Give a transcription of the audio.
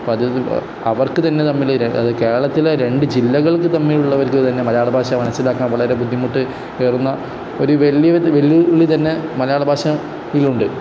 അപ്പം അത് അവർക്ക് തന്നെ തമ്മിൽ അത് കേരളത്തിലെ രണ്ട് ജില്ലകൾക്ക് തമ്മിലുള്ളവർക്ക് തന്നെ മലയാള ഭാഷ മനസ്സിലാക്കാൻ വളരെ ബുദ്ധിമുട്ട് കയറുന്ന ഒരു വെല്ലുവിളി തന്നെ മലയാള ഭാഷയിലുണ്ട്